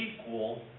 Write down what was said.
equal